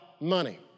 money